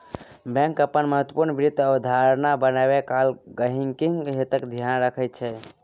bank अपन महत्वपूर्ण वित्त अवधारणा बनेबा काल गहिंकीक हितक ध्यान रखैत छै